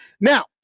Now